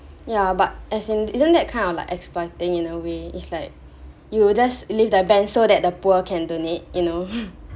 ya but as in isn't that kind of like exploiting in a way it's like you just lift the ban so that the poor can donate you know